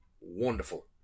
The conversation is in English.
wonderful